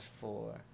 four